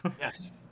yes